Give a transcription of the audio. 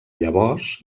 llavors